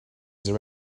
there